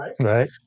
right